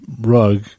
rug